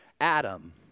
Adam